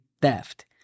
theft